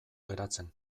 geratzen